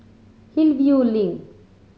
Hillview Link